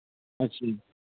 ਅੱਛਾ ਜੀ